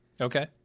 Okay